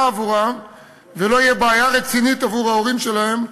עבורם ולא יהיה בעיה רצינית עבור ההורים שלהם,